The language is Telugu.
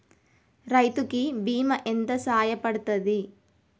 రైతు కి బీమా ఎంత సాయపడ్తది?